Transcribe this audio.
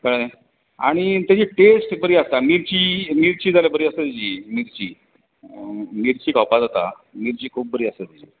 कळ्ळें आनी ताजी टेस्ट बरी आसा मिर्ची मिर्ची जाल्यार बरी आसता ताजी मिर्ची मिर्ची खावपाक जाता मिर्ची खूप बरी आसता